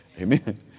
Amen